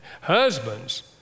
Husbands